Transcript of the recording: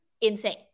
insane